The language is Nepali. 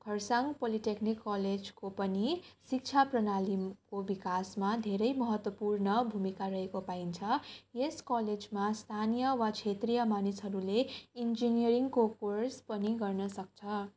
खर्साङ पोलीटेकनिक कलेजको पनि शिक्षा प्रणालीको विकासमा धेरै महत्त्वपूर्ण भूमिका रहेको पाइन्छ यस कलेजमा स्थानीय वा क्षेत्रीय मानिसहरूले इन्जिनियरिङको कोर्स पनि गर्न सक्छ